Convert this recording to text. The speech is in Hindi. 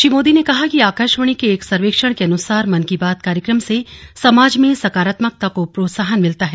श्री मोदी ने कहा कि आकाशवाणी के एक सर्वेक्षण के अनुसार मन की बात कार्यक्रम से समाज में सकारात्मकता को प्रोत्साहन मिला है